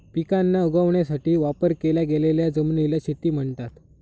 पिकांना उगवण्यासाठी वापर केल्या गेलेल्या जमिनीला शेती म्हणतात